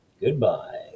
goodbye